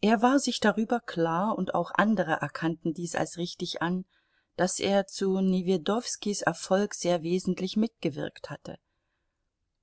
er war sich darüber klar und auch andere erkannten dies als richtig an daß er zu newjedowskis erfolg sehr wesentlich mitgewirkt hatte